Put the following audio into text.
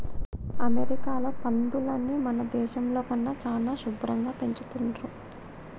అమెరికాలో పందులని మన దేశంలో కన్నా చానా శుభ్భరంగా పెంచుతున్రు